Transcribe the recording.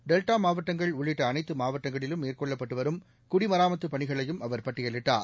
delta மாவட்டங்கள் உள்ளிட்ட அனைத்து மாவட்டங்களிலும் மேற்கொள்ளப்பட்டு வரும் குடிமராமத்து பணிகளையும் அவர் பட்டியலிட்டார்